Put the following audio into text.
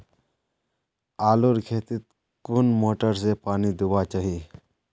आलूर खेतीत कुन मोटर से पानी दुबा चही?